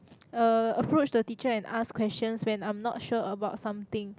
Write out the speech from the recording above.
uh approach the teacher and ask questions when I am not sure about something